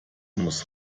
muss